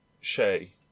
Shay